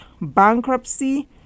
bankruptcy